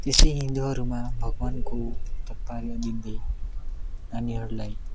त्यस्तै हिन्दूहरूमा भगवान्को नानीहरूलाई